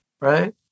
right